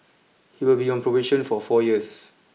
he will be on probation for four years